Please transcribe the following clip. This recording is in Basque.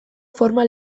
forma